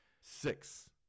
Six